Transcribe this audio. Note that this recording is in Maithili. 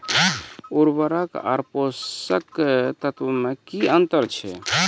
उर्वरक आर पोसक तत्व मे की अन्तर छै?